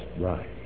right